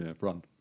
run